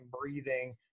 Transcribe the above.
breathing